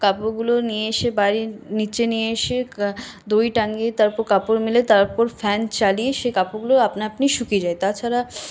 কাপড়গুলো নিয়ে এসে বাড়ির নিচে নিয়ে এসে দড়ি টাঙ্গিয়ে তারপর কাপড় মেলে তারপর ফ্যান চালিয়ে সেই কাপড়গুলো আপনা আপনি শুকিয়ে যায় তাছাড়া